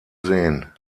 sehen